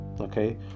Okay